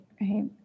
right